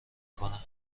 کنه